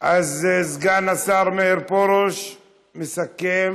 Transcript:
אז סגן השר מאיר פרוש מסכם